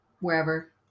wherever